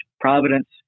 providence